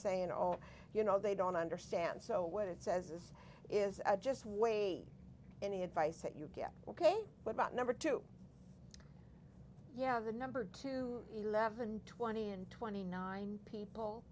saying you know they don't understand so what it says is is just way any advice that you get ok what about number two yeah the number to eleven twenty and twenty nine people